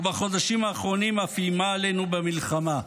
ובחודשים האחרונים אף איימה עלינו במלחמה.